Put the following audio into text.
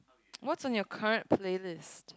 what's in your current playlist